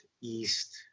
east